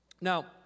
Now